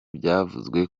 byavuzwe